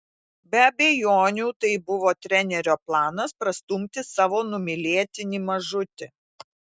be abejonių tai buvo trenerio planas prastumti savo numylėtinį mažutį